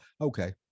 Okay